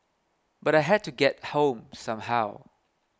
but I had to get home somehow